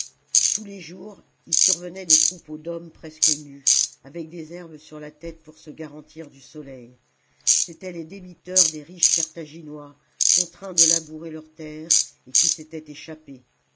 tous les jours il survenait des troupeaux d'hommes presque nus avec des herbes sur la tête pour se garantir du soleil c'étaient les débiteurs des riches carthaginois contraints de labourer leurs terres et qui s'étaient échappés